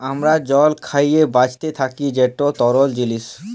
আমরা জল খাঁইয়ে বাঁইচে থ্যাকি যেট তরল জিলিস